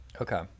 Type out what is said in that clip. Okay